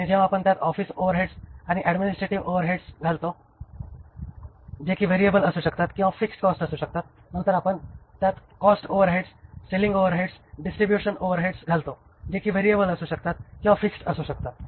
आणि जेव्हा आपण त्यात ऑफिस ओव्हरहेडस आणि ऍडमिनिस्ट्रेटिव्ह ओव्हरहेडस घालतो जे की व्हेरिएबल असू शकतात किंवा फिक्स्ड कॉस्ट असू शकतात नंतर आपण त्यात cost overheads selling overheads distribution overheads घालतो जे की व्हेरिएबल असू शकतात किंवा फिक्स्ड कॉस्ट असू शकतात